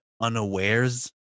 Unawares